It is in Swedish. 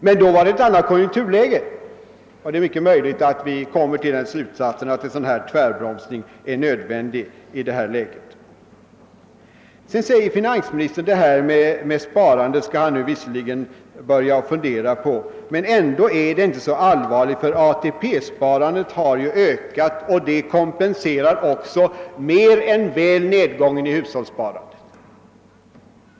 Men då var det ett annat konjunkturläge, och det är mycket möjligt att vi kommer till den slutsatsen att en sådan här tvärbromsning nu är nödvändig. Sedan säger finansministern visserligen att han skall börja fundera på detta med sparandet men att den saken ändå inte är så allvarlig, eftersom ATP-sparandet ökat och detta mer än väl kompenserar nedgången i hushållssparandet.